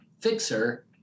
fixer